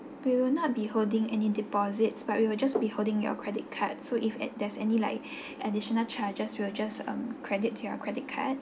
we will not be holding any deposits but we will just be holding your credit card so if there's any like additional charges we will just um credit to your credit card